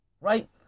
Right